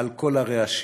על כל הרעשים".